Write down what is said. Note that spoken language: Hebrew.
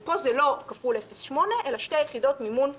פה זה לא כפול 0.8 אלא שתי יחידות מימון מלאות,